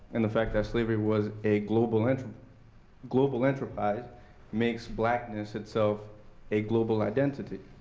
and the fact that slavery was a global enterprise global enterprise makes blackness itself a global identity.